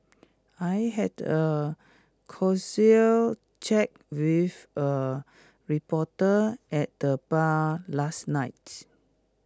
I had A casual chat with A reporter at the bar last night